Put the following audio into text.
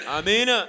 Amen